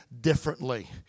differently